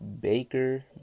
Baker